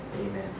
Amen